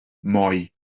moi